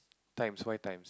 times why times